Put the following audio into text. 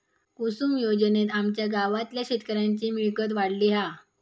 कुसूम योजनेत आमच्या गावातल्या शेतकऱ्यांची मिळकत वाढली हा